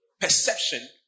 perception